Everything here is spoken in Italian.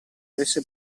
avesse